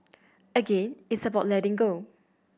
again it's about letting go